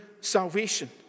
salvation